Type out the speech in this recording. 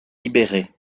libéré